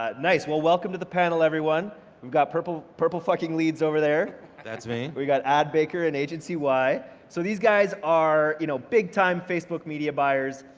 ah nice, well welcome to the panel everyone we've got purple purple fucking leads over there. that's me. we got ad baker and agency y. so these guys are, you know, big-time facebook media buyers.